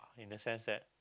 in the sense that